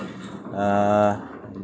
uh